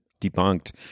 debunked